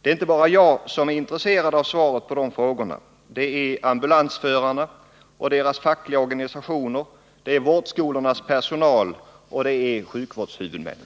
Det är inte bara jag som är intresserad av svaret på dessa frågor, utan det är också ambulansförarna och deras fackliga organisationer, vårdskolornas personal samt sjukvårdshuvudmännen.